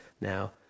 Now